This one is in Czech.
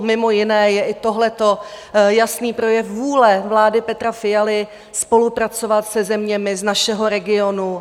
Mimo jiné je i tohle jasný projev vůle vlády Petra Fialy spolupracovat se zeměmi z našeho regionu.